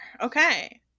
okay